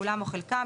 כולם או חלקם,